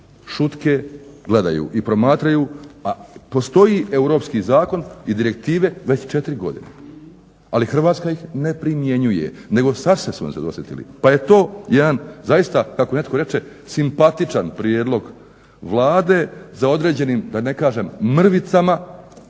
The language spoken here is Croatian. šutke gledaju i promatraju, a postoji europski zakon i direktive već 4 godine. ali Hrvatska ih ne primjenjuje nego su se sada dosjetili. Pa je to jedan kako netko reče simpatičan prijedlog Vlade za određenim da ne kažem mrvicama